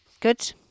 Good